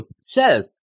says